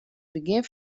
begjin